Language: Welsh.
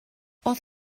oedd